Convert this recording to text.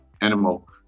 animal